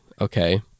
okay